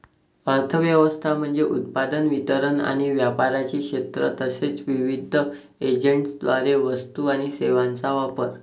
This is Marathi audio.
अर्थ व्यवस्था म्हणजे उत्पादन, वितरण आणि व्यापाराचे क्षेत्र तसेच विविध एजंट्सद्वारे वस्तू आणि सेवांचा वापर